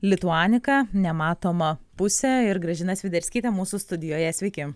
lituanika nematoma pusė ir gražina sviderskytė mūsų studijoje sveiki